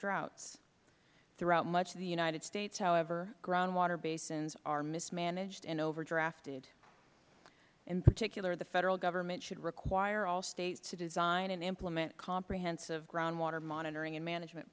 droughts throughout much of the united states however groundwater basins are mismanaged and overdrafted in particular the federal government should require all states to design and implement comprehensive groundwater monitoring and management